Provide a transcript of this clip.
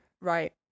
Right